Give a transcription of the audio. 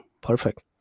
perfect